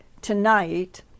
tonight